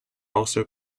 also